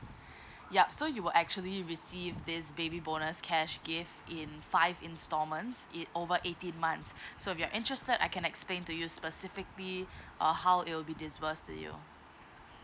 ya so you will actually received this baby bonus cash gift in five installments it over eighteen months so if you're interested I can explain to you specifically uh how it will be disburse to you